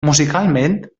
musicalment